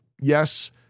Yes